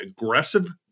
aggressive